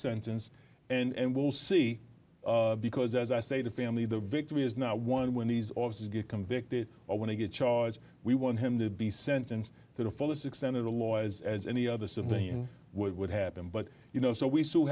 sentence and we'll see because as i say the family the victim is not one when these officers get convicted or when i get charged we want him to be sentenced to the fullest extent of the law as as any other something would happen but you know so we still